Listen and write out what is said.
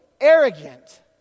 arrogant